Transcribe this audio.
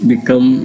become